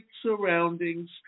surroundings